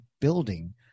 building